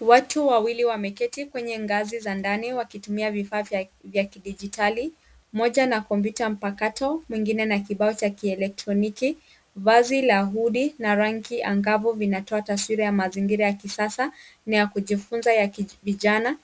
Watu wawili wameketi kwenye ngazi za ndani wakitumia vifaa vya kidijitali moja na kompyuta mpakato mwingine na kibao cha kielektroniki vazi la hodi na rangi angavu vinatoa taswira ya mazingira ya kisasa na ya kujifunza ya vijana.